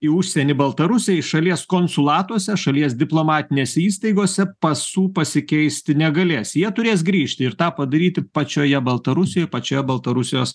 į užsienį baltarusiai šalies konsulatuose šalies diplomatinėse įstaigose pasų pasikeisti negalės jie turės grįžti ir tą padaryti pačioje baltarusijoj pačioje baltarusijos